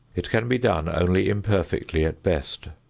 it can be done only imperfectly at best.